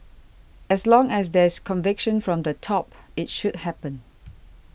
as long as there's conviction from the top it should happen